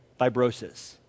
fibrosis